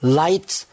lights